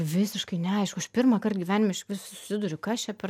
visiškai neaišku aš pirmąkart gyvenime išvis susiduriu kas čia per